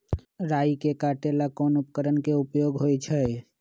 राई के काटे ला कोंन उपकरण के उपयोग होइ छई?